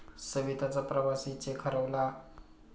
सविताचा प्रवासी चेक हरवला